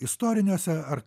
istoriniuose ar